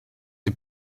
the